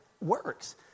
works